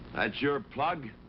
that your plug?